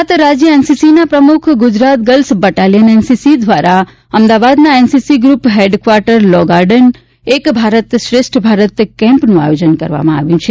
ગુજરાત રાજ્ય એનસીસીના પ્રમુખ ગુજરાત ગર્લ્સ બટાલિયન એનસીસી દ્વારા અમદાવાદના NCC group head quarter law garden એક ભારત શ્રેષ્ઠ ભારત કેમ્પનું આયોજન કરવામાં આવ્યું છે